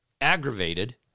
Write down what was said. aggravated